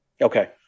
Okay